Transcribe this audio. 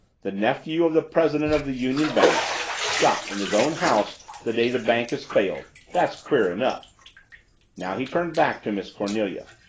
the nephew of the president of the union bank shot in his own house the day the bank has failed that's queer enough now he turned back to miss cornelia.